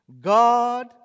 God